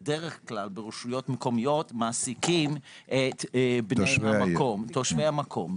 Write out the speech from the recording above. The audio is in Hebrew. בדרך כלל בהן מעסיקים את תושבי המקום,